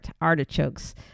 Artichokes